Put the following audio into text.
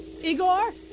Igor